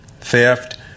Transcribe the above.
theft